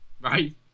Right